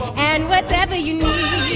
and whatever you need,